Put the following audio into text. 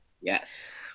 Yes